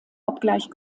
obgleich